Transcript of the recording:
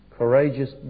courageous